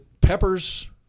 peppers